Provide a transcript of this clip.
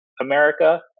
America